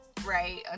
right